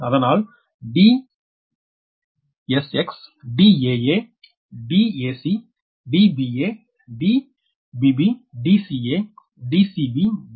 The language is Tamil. அதனால் Dsx Daa Dab Dac Dba Dbb Dbc Dca Dcb Dcc